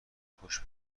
خوش